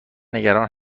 نگران